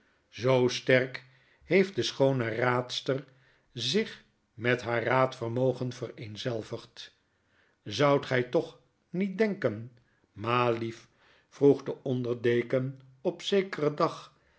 zoo sterk heeft de schoone raadster zich met haar raadvermogen vereenzelvigd zoudt gij toch niet denken ma lief vroeg de onder deken op zekeren dag